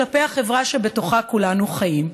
כלפי החברה שבתוכה כולנו חיים.